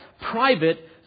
private